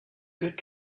good